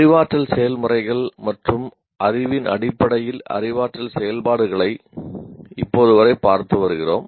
அறிவாற்றல் செயல்முறைகள் மற்றும் அறிவின் அடிப்படையில் அறிவாற்றல் செயல்பாடுகளை இப்போது வரை பார்த்து வருகிறோம்